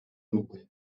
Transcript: sube